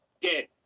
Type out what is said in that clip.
dead